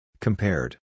Compared